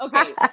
Okay